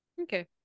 Okay